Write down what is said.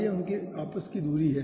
rij उनकी आपसी दूरी है